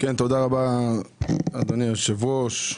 תודה רבה, אדוני היושב-ראש.